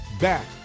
back